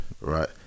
right